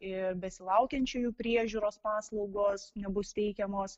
ir besilaukiančiųjų priežiūros paslaugos nebus teikiamos